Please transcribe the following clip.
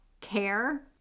care